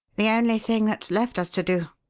the only thing that's left us to do,